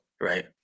Right